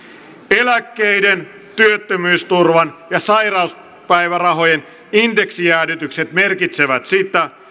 eläkkeiden työttömyysturvan ja sairauspäivärahojen indeksijäädytykset merkitsevät sitä